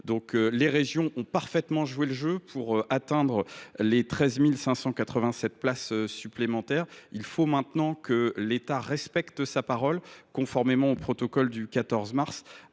Les régions ont parfaitement joué le jeu pour atteindre les 13 587 places supplémentaires. Il faut maintenant que l’État respecte sa parole, conformément au protocole du 14 mars